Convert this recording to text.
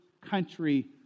country